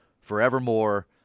forevermore